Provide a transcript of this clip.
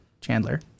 Chandler